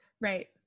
Right